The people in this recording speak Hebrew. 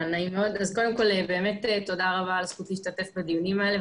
קודם כל באמת תודה רבה על הזכות להשתתף בדיונים האלה.